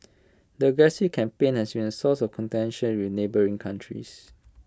the aggressive campaign has been A source of contention with neighbouring countries